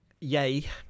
yay